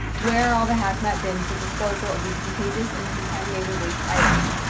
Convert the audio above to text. where are all the hazmat bins for disposal of these contagious and contaminated waste items?